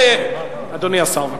בבקשה, אדוני השר.